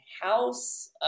house